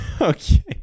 Okay